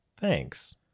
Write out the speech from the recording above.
thanks